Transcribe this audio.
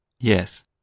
Yes